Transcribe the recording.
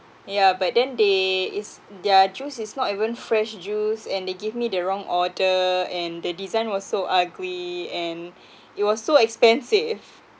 yeah but then they is their juice is not even fresh juice and they give me the wrong order and the design was so ugly and it was so expensive